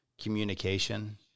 communication